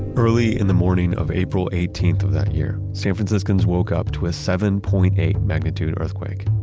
early in the morning of april eighteenth of that year, san franciscans woke up to a seven point eight magnitude earthquake.